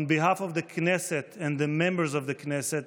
On behalf of the Knesset and the members of the Knesset,